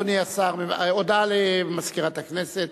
הודעה למזכירת הכנסת.